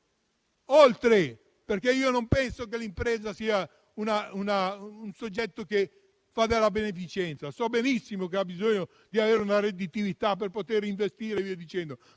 oltre i profitti. Non penso che l'impresa sia un soggetto che fa della beneficenza; so benissimo che ha bisogno di avere una redditività per poter investire. Siamo